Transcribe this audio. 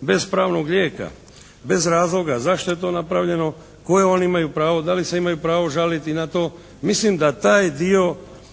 bez pravnog lijeka, bez razloga zašto je to napravljeno, koje oni imaju pravo, da li se imaju pravo žaliti na to. Mislim da taj dio